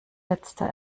letzter